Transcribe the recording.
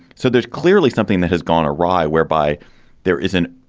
so there's clearly something that has gone awry whereby there isn't